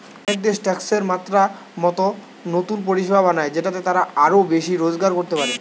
অনেক দেশ ট্যাক্সের মাত্রা মতো নতুন পরিষেবা বানায় যেটাতে তারা আরো বেশি রোজগার করতে পারে